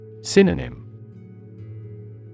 Synonym